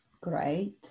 Great